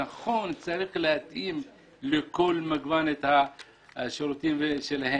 נכון, צריך להתאים לכל מגוון את השירותים שלו.